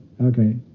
Okay